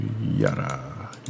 yada